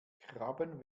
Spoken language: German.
krabben